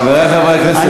חברי חברי הכנסת,